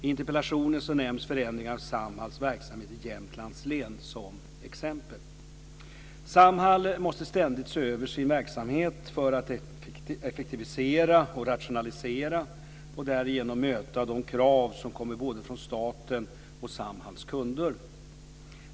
I interpellationen nämns förändringar av Samhalls verksamhet i Jämtlands län som exempel. Samhall måste ständigt se över sin verksamhet för att effektivisera och rationalisera och därigenom möta de krav som kommer både från staten och Samhalls kunder.